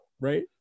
right